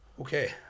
Okay